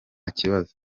kibazo